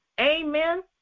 Amen